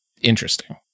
interesting